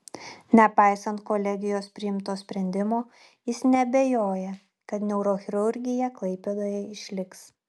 nepaisant kolegijos priimto sprendimo jis neabejoja kad neurochirurgija klaipėdoje išliks